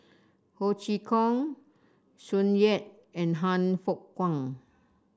Ho Chee Kong Tsung Yeh and Han Fook Kwang